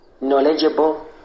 knowledgeable